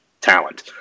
talent